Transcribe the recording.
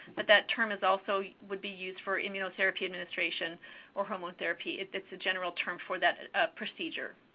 but that term is also would be used for immunotherapy administration or hormone therapy. it's a general term for that procedure.